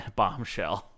bombshell